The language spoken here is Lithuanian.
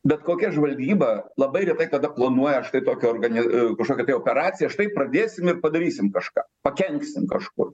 bet kokia žvalgyba labai retai kada planuoja štai tokią organi kažkokią tai operaciją štai pradėsim ir padarysim kažką pakenksim kažkur